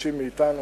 הנדרשים מאתנו.